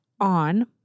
on